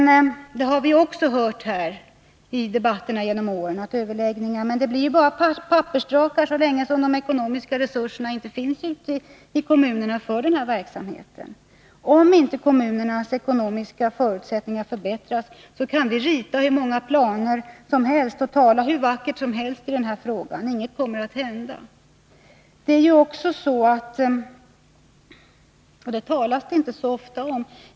Det har vi också hört i debatterna genom åren. Men det blir bara pappersdrakar, så länge de ekonomiska resurserna för den här verksamheten inte finns ute i kommunerna. Om inte kommunernas ekonomiska förutsättningar förbättras kan vi rita hur många planer som helst och tala hur vackert som helst om utbyggd barnomsorg — ingenting kommer ändå att hända.